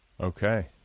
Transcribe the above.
Okay